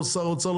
לא שר האוצר,